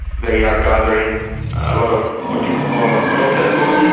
they are gathering a lot of what you could call a protest vote,